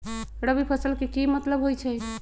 रबी फसल के की मतलब होई छई?